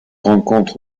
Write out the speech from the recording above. rencontre